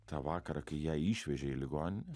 tą vakarą kai ją išvežė į ligoninę